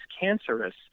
cancerous